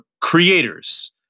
creators